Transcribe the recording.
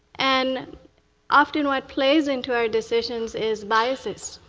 and often what plays into our decisions is biases.